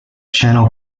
chanel